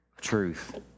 truth